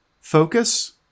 focus